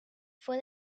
fue